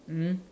mmhmm